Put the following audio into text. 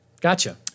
Gotcha